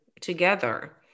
together